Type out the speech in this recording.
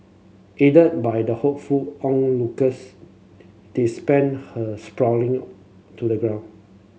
aided by the helpful onlookers they spend her sprawling to the ground